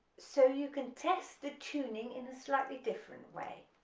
so you can test the tuning in a slightly different way.